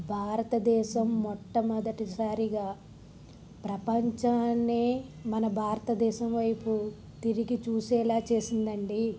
భారతదేశం మొట్టమొదటిసారిగా ప్రపంచాన్నే మన భారతదేశం వైపు తిరిగి చూసేలా చేసిందండి